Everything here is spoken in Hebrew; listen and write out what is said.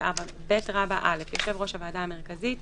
יושב ראש הוועדה המרכזית,